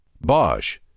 Bosch